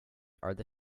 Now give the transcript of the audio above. are